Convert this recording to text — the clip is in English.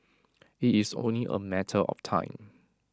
IT is only A matter of time